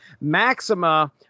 Maxima